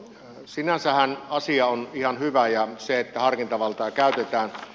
sinänsähän asia on ihan hyvä ja se että harkintavaltaa käytetään